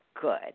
good